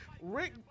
Rick